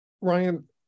Ryan